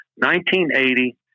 1980